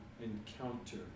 encounter